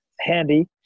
handy